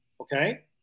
Okay